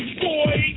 boy